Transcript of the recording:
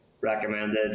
recommended